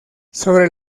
sobre